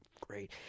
great